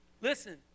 Listen